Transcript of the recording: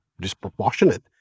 disproportionate